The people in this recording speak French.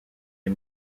les